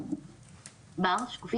(שקף: